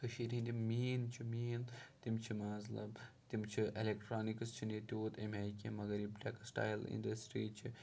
کٔشیٖرِ ہِنٛدۍ یِم مین چھِ مین تِم چھِ مازلَب تِم چھِ اٮ۪لٮ۪کٹرٛانِکٕس چھِنہٕ ییٚتہِ تیوٗت اَمہِ آیہِ کینٛہہ مَگر یِم ٹٮ۪کٕسٹایِل اِنڈَسٹِرٛی چھِ